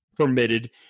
Permitted